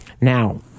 Now